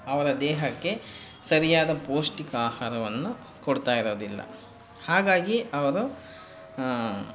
ಅವರ ದೇಹಕ್ಕೆ ಸರಿಯಾದ ಪೌಷ್ಟಿಕ ಆಹಾರವನ್ನು ಕೊಡ್ತಾ ಇರೋದಿಲ್ಲ ಹಾಗಾಗಿ ಅವರು